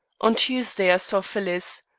on tuesday i saw phyllis.